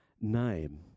Name